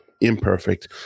imperfect